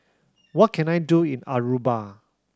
what can I do in Aruba